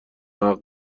عقد